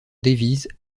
davies